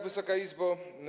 Wysoka Izbo!